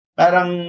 parang